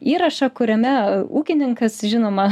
įrašą kuriame ūkininkas žinoma